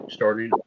starting